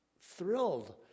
thrilled